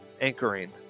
anchoring